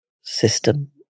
system